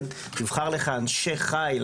תבחר לך אנשי חייל,